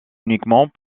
uniquement